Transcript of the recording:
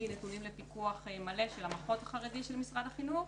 נתונים לפיקוח מלא של המחוז החרדי של משרד החינוך.